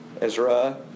Ezra